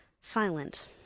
silent